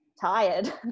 tired